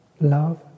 love